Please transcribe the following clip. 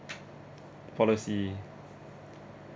policy